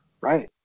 Right